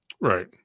Right